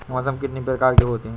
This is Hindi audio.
मौसम कितनी प्रकार के होते हैं?